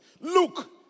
Look